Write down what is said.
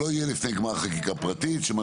במליאה בפיצולים שאושרו כפי שסוכם,